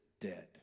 dead